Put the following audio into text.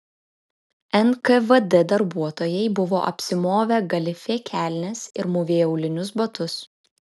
nkvd darbuotojai buvo apsimovę galifė kelnes ir mūvėjo aulinius batus